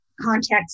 context